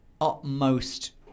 utmost